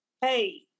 hey